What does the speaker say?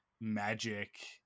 magic